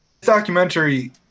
Documentary